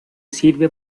sirve